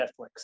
Netflix